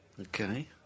Okay